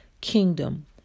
Kingdom